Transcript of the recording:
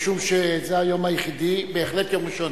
משום שזה היום היחידי, בהחלט יום ראשון.